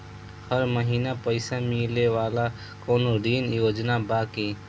हर महीना पइसा मिले वाला कवनो ऋण योजना बा की?